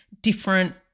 different